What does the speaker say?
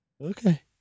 Okay